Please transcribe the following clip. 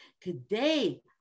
Today